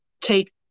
take